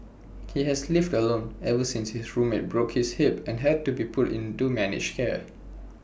he has lived alone ever since his roommate broke his hip and had to be put into managed care